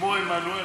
כמו עמנואל,